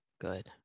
Good